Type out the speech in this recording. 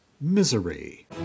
misery